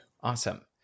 Awesome